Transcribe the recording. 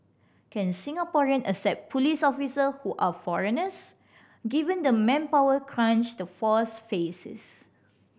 can Singaporean accept police officer who are foreigners given the manpower crunch the force faces